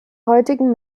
heutigen